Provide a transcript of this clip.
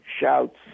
shouts